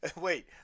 wait